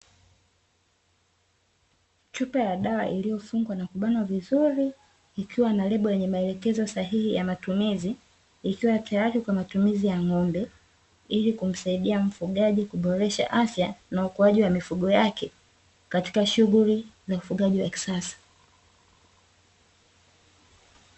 Chupa ya dawa iliyofungwa na kubanwa vizuri, ikiwa na lebo yenye maelekezo sahihi ya matumizi, ikiwa tayari kwa matumizi ya ng'ombe, ili kumsaidia mfugaji kuboresha afya na ukuaji wa mifugo yake katika shughuli za ufugaji wa kisasa.